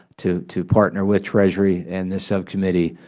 to to partner with treasury and this subcommittee,